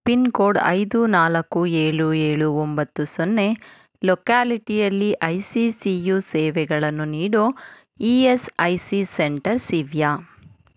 pin code ಐದು ನಾಲ್ಕು ಏಳು ಏಳು ಒಂಬತ್ತು ಸೊನ್ನೆ ಲೊಕ್ಯಾಲಿಟಿಯಲ್ಲಿ ಐ ಸಿ ಸಿ ಯು ಸೇವೆಗಳನ್ನು ನೀಡೋ E S I C centres ಇವೆಯಾ